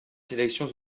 sélections